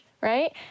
right